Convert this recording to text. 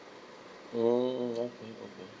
mm okay okay